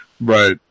Right